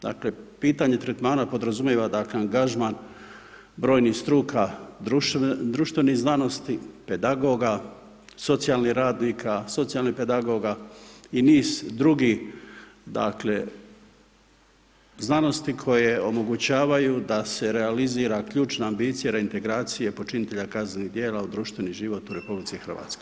Dakle pitanje tretmana podrazumijeva dakle angažman brojnih struka društvenih znanosti, pedagoga, socijalnih radnika, socijalnih pedagoga i niz drugih dakle znanosti koje omogućavaju da se realizira ključna ambicija reintegracije počinitelja kaznenih djela u društveni život u RH.